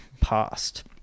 past